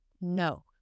no